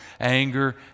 anger